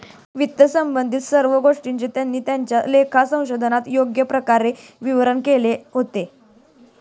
वित्तसंबंधित सर्व गोष्टींचे त्यांनी त्यांच्या लेखा संशोधनात योग्य प्रकारे विवरण केले होते